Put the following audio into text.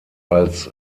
als